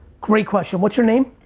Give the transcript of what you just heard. great question. what's your name?